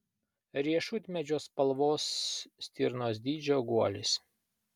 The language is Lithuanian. riešutmedžio spalvos stirnos dydžio guolis